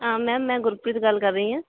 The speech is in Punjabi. ਮੈਮ ਮੈਂ ਗੁਰਪ੍ਰੀਤ ਗੱਲ ਕਰ ਰਹੀ ਹਾਂ